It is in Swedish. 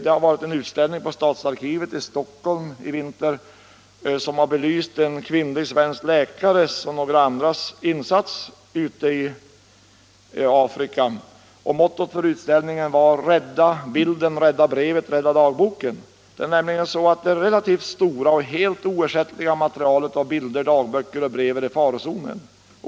Det har varit en utställning på Stadsarkivet i Stockholm i vinter som har belyst en kvinnlig svensk läkares och några andras insats ute i Afrika. Mottot för utställningen var: ”Rädda bilden! Rädda brevet! Rädda dagboken!” Det är nämligen så att det relativt stora och helt oersättliga materialet av bilder, dagböcker och brev är i farozonen.